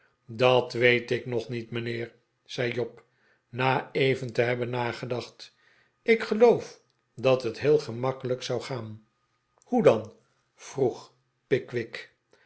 dat weet ik nog niet mijnheer zei job na even te hebben nagedacht ik geloof dat het heel gemakkelijk zou gaan hoe dan vroeg pickwick